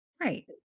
Right